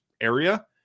area